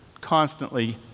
constantly